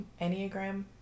enneagram